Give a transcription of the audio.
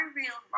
real